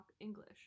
English